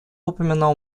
упомянул